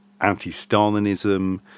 anti-Stalinism